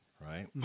right